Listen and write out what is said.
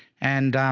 and